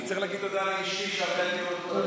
צריך להגיד תודה, תודה.